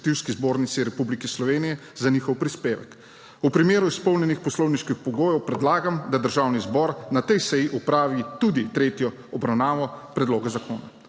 zbornici Republike Slovenije za njen prispevek. V primeru izpolnjenih poslovniških pogojev predlagam, da Državni zbor na tej seji opravi tudi tretjo obravnavo predloga zakona.